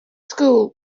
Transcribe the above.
school